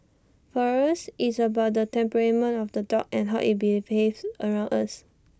for us IT is about the temperament of the dog and how IT behaves around us